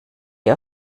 ihr